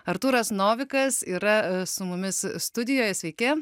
artūras novikas yra su mumis studijoj sveiki